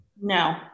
No